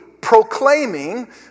proclaiming